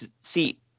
see